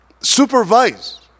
supervise